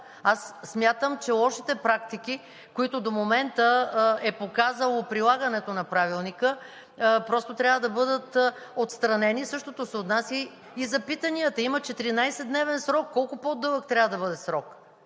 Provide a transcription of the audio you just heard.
Смятам, че лошите практики, които до момента е показало прилагането на Правилника, просто трябва да бъдат отстранени, същото се отнася и за питанията. Има 14-дневен срок. Колко по дълъг трябва да бъде срокът?